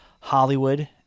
Hollywood